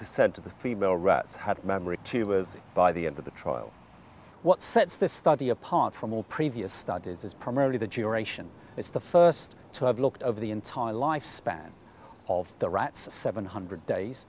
percent of the female rats had memory tumors by the end of the trial what sets this study apart from all previous studies is primarily the generation is the first to have looked over the entire lifespan of the rats seven hundred days